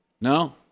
No